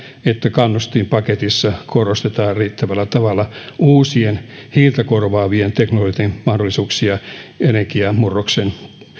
että kannustinpaketissa korostetaan riittävällä tavalla uusien hiiltä korvaavien teknologioiden mahdollisuuksia energiamurroksen